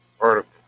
article